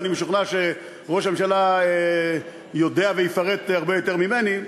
ואני משוכנע שראש הממשלה יודע ויפרט הרבה יותר ממני.